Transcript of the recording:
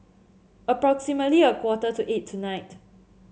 approximately a quarter to eight tonight